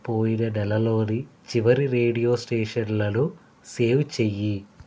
పోయిన నెలలోని చివరి రేడియో స్టేషన్లను సేవ్ చెయ్యి